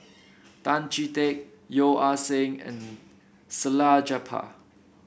Tan Chee Teck Yeo Ah Seng and Salleh Japar